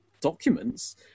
documents